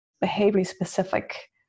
behavior-specific